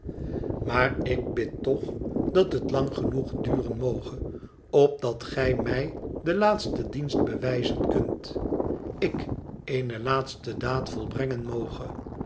maar ik bid toch dat het lang genoeg duren moge opdat gij mij den laatsten dienst bewijzen kunt ik eene laatste daad volbrengen moge